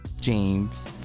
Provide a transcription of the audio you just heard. James